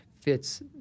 fits